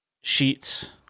Sheets